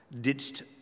ditched